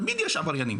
תמיד יש עבריינים.